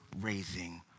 raising